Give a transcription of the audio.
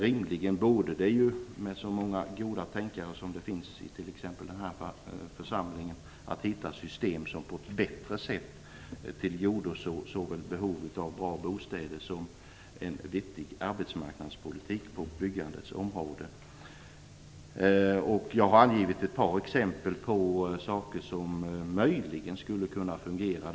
Rimligen borde det, med så många goda tänkare i denna församling, gå att hitta system som på ett bättre sätt tillgodoser behov såväl av bra bostäder som av en vettig arbetsmarknadspolitik på byggandets område. Jag har angivit ett par exempel på saker som möjligen skulle kunna fungera.